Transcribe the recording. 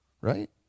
right